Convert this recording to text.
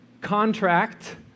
contract